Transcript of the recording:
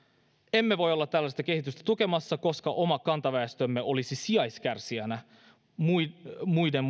emme voi olla tällaista kehitystä tukemassa koska oma kantaväestömme olisi sijaiskärsijänä muiden muiden